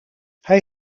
hij